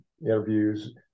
interviews